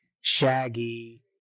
Shaggy